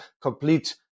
complete